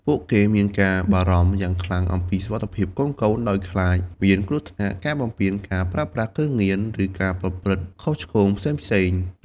ពួកគេមានការបារម្ភយ៉ាងខ្លាំងអំពីសុវត្ថិភាពកូនៗ ដោយខ្លាចមានគ្រោះថ្នាក់ ការបំពាន ការប្រើប្រាស់គ្រឿងញៀន ឬការប្រព្រឹត្តខុសឆ្គងផ្សេងៗ ។